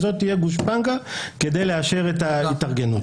וזאת תהיה גושפנקה כדי לאשר את ההתארגנות.